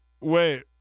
wait